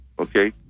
Okay